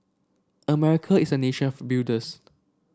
America is a nation of builders